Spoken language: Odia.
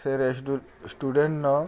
ସେ ଷ୍ଟୁଡ଼େଣ୍ଟ୍ ନ